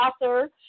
author